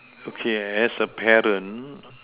okay as a parent